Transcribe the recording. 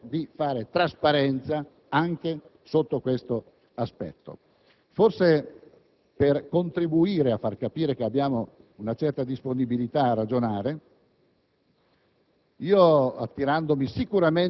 credo che dobbiamo cercare di fare trasparenza anche sotto questo aspetto. Forse per contribuire a far capire che abbiamo una certa disponibilità a ragionare,